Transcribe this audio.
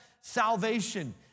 salvation